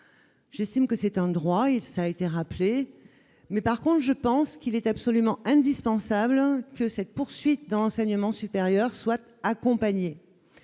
j'estime que c'est un droit et ça a été rappelé, mais par contre je pense qu'il est absolument indispensable que cette poursuite dans l'enseignement supérieur souhaite accompagner